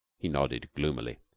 he nodded gloomily,